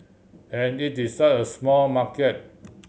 and it's such a small market